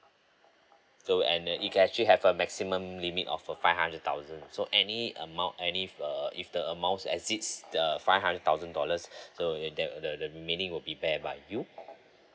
so and you can actually have a maximum limit of a five hundred thousand so any amount any if uh if the amount exceeds the five hundred thousand dollars so it the the the remaining will be bear by you